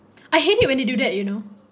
I hate it when they do that you know